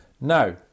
Now